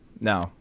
No